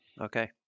Okay